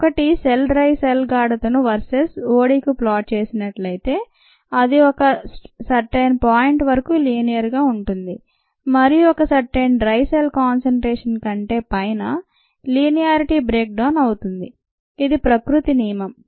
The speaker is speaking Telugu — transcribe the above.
మీరు సెల్ డ్రై సెల్ గాఢతను వర్సెస్ ODకు ప్లాఫ్ చేసినట్లయితే అది ఒక సర్టైన్ పాయింట్ వరకు లీనియర్ గా ఉంటుంది మరియు ఒక సర్టైన్ డ్రై సెల్ కాన్సెన్ట్రేషన్ కంటే పైన లీనియారిటి బ్రేక్ డౌన్ అవుతుంది ఇది ప్రకృతి నియమం